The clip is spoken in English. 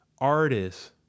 artists